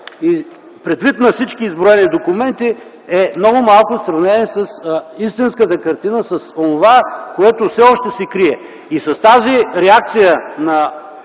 предвид на всички изброени документи, са много малко в сравнение с истинската картина, с онова, което все още се крие. С тази реакция на